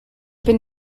bin